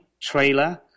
trailer